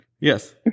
Yes